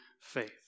faith